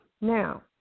Now